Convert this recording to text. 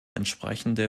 entsprechende